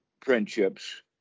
friendships